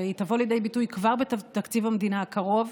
והיא תבוא לידי ביטוי כבר בתקציב המדינה הקרוב,